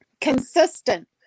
consistent